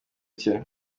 cye